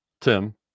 Tim